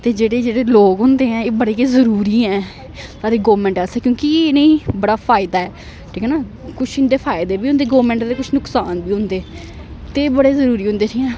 ते जेह्ड़े जेह्ड़े लोक होंदे ऐ एह् बड़े गै जरूरी ऐ साढ़े गौरमैंट आस्तै क्योंकि इ'नेंगी बड़ा फायदा ऐ ठीक ऐ ना कुछ इंदे फायदे बी होंदे गौरमेंट दे कुछ नुकसान बी होंदे ते एह् बड़े जरूरी होंदे ठीक ऐ